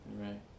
Right